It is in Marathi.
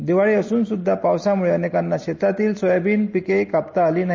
दिवाळी असून सुद्धा पावसामुळे अनेकांना शेतातील सोयाबीन पिके काप्ता आली नाही